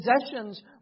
possessions